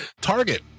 Target